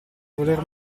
voler